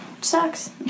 Sucks